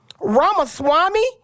Ramaswamy